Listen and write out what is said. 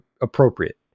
appropriate